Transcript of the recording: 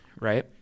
Right